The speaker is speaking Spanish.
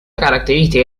característica